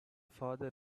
father